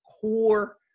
core